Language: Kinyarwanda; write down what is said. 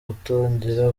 gutangira